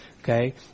Okay